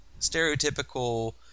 stereotypical